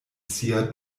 sia